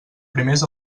primers